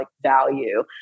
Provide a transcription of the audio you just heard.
value